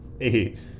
Eight